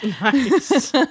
Nice